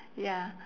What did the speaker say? ya